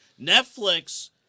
Netflix